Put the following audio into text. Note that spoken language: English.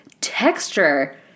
Texture